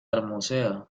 hermosea